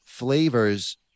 flavors